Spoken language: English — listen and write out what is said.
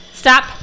Stop